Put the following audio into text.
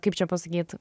kaip čia pasakyt